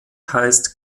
heißt